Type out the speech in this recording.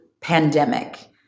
pandemic